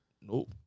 Nope